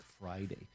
Friday